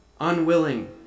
unwilling